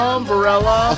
Umbrella